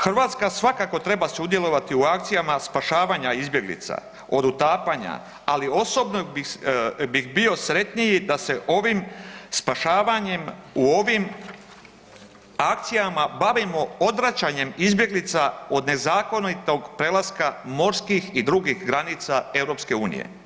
Hrvatska svakako treba sudjelovati u akcijama spašavanja izbjeglica od utapanja, ali osobno bih bio sretniji da se ovim spašavanjem u ovim akcijama bavimo odvraćanjem izbjeglica od nezakonitog prelaska morskih i drugih granica EU.